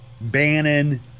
Bannon